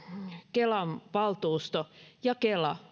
kelan valtuusto ja kela